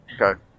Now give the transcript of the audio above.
Okay